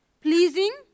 pleasing